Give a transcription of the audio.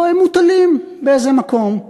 לא, הם מוטלים באיזה מקום.